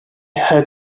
heard